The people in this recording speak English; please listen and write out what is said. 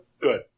Good